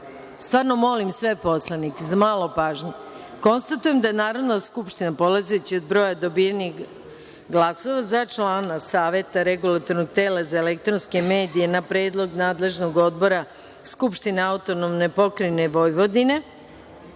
poslanika. Molim sve poslanike za malo pažnje. Konstatujem da je Narodna skupština, polazeći od broja dobijenih glasova za člana Saveta Regulatornog tela za elektronske medije na predlog nadležnog odbora Skupštine AP Vojvodine